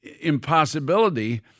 impossibility